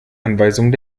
anweisungen